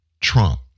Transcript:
Trump